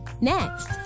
Next